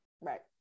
Right